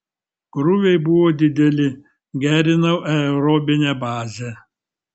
krūviai buvo dideli gerinau aerobinę bazę